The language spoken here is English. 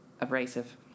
abrasive